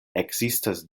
ekzistas